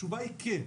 התשובה היא כן.